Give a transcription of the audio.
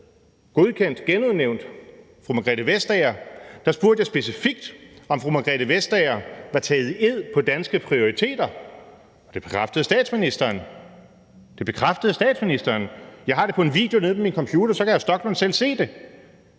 havde genudnævnt Margrethe Vestager, spurgte jeg specifikt, om fru Margrethe Vestager var taget i ed på danske prioriteter, og det bekræftede statsministeren. Jeg har det på en video på min computer, så hr. Rasmus Stoklund selv kan se det.